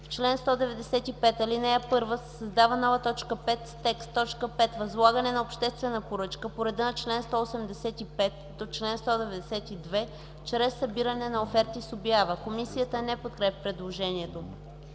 „В чл. 195, ал. 1 се създава нова т. 5 с текст: „5. възлагане на обществена поръчка по реда на чл. 185 – чл. 192 чрез събиране на оферти с обява.” Комисията не подкрепя предложението.